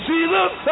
Jesus